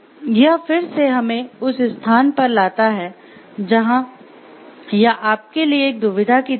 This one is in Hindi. यह फिर से हमें उस स्थान पर लाता है जहां यह आपके लिए एक दुविधा की तरह है